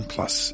Plus